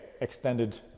extended